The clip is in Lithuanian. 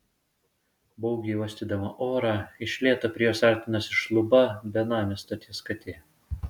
baugiai uostydama orą iš lėto prie jos artinosi šluba benamė stoties katė